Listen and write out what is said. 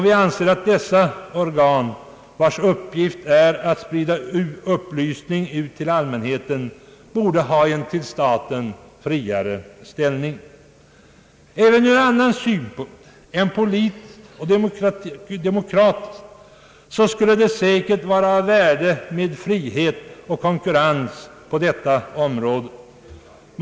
Vi anser att dessa organ, vilkas uppgift är att sprida upplysning till allmänheten, borde ha en till staten friare ställning. Även ur annan synpunkt än politisk och demokratisk skulle det säkert vara av värde med frihet och konkurrens på detta område.